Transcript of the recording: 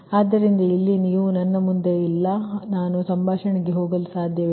ಆದ್ದರಿಂದ ಇಲ್ಲಿ ನೀವು ನನ್ನ ಮುಂದೆ ಇಲ್ಲ ಆದ್ದರಿಂದ ನಾನು ಸಂಭಾಷಣೆಗೆ ಹೋಗಲು ಸಾಧ್ಯವಿಲ್ಲ